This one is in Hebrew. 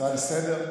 הצעה לסדר-היום.